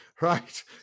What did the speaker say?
Right